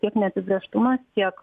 tiek neapibrėžtumas tiek